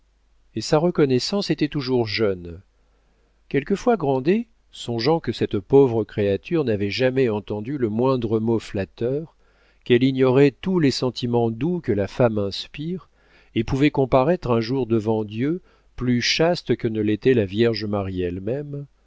et sa reconnaissance était toujours jeune quelquefois grandet songeant que cette pauvre créature n'avait jamais entendu le moindre mot flatteur qu'elle ignorait tous les sentiments doux que la femme inspire et pouvait comparaître un jour devant dieu plus chaste que ne l'était la vierge marie elle-même